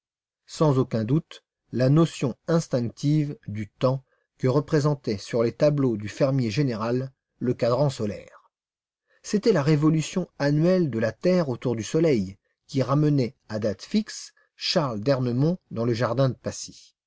sans aucun doute la notion instinctive du temps que représentait sur les tableaux du fermier général le cadran solaire c'était la révolution annuelle de la terre autour du soleil qui ramenait à date fixe charles d'ernemont dans le jardin de passy